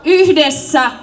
yhdessä